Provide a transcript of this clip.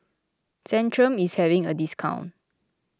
Centrum is having a discount